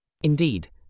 Indeed